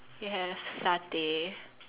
it has Satay